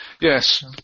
Yes